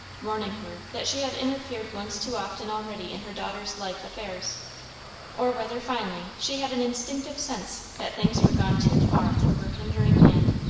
warning her that she had interfered once too often already in her daughter's life affairs or whether, finally, she had an instinctive sense that things were gone too far for her hindering hand,